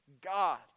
god